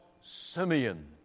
Simeon